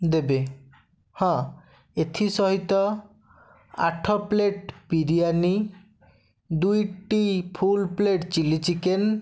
ଦେବେ ହଁ ଏଥି ସହିତ ଆଠ ପ୍ଲେଟ୍ ବିରିୟାନୀ ଦୁଇଟି ଫୁଲ୍ ପ୍ଲେଟ୍ ଚିଲି ଚିକେନ୍